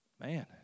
Man